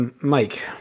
Mike